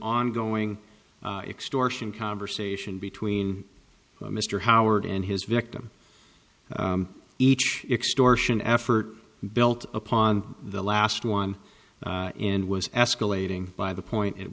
ongoing extortion conversation between mr howard and his victim each extortion effort built upon the last one and was escalating by the point at